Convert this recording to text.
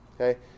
Okay